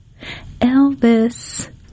Elvis